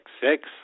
six